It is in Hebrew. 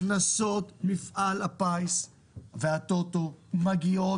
הכנסות מפעל הפיס והטוטו מגיעות